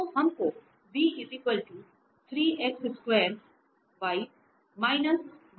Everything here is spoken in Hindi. तो हम को मिल गया है